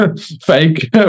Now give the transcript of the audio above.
fake